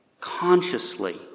consciously